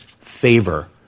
favor